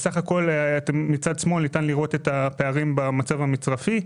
מצד שמאל ניתן לראות את הפערים במצב המצרפי,